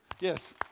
Yes